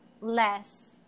less